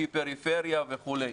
לפי פריפריה וכו'.